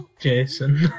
Jason